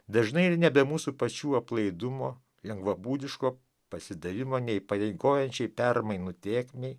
dažnai ir nebe mūsų pačių aplaidumo lengvabūdiško pasidavimo neįpareigojančiai permainų tėkmei